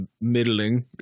middling